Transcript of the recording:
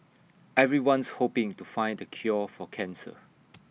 everyone's hoping to find the cure for cancer